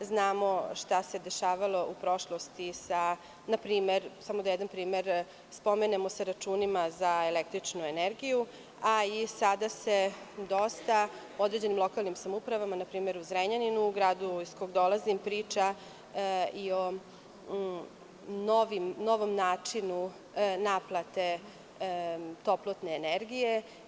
Znamo šta se dešavalo u prošlosti sa računima za električnu energiju, a i sada se dosta u određenim lokalnim samoupravama, npr. u Zrenjaninu, u gradu iz kog dolazim, priča i o novom načinu naplate toplotne energije.